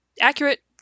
accurate